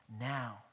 now